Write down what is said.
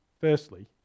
Firstly